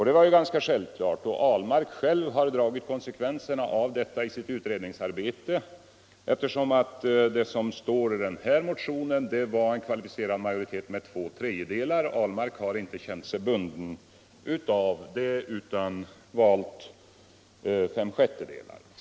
Detta var ju ganska självklart, och herr Ahlmark har själv dragit konsekvenserna av det i sitt utredningsarbete, eftersom det som står i den här motionen gällde en kvalificerad majoritet med två tredjedelar. Herr Ahlmark har inte känt sig bunden av det utan valt fem sjättedelar.